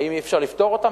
האם אי-אפשר לפתור אותם?